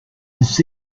this